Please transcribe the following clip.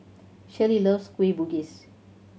Shelley loves Kueh Bugis